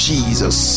Jesus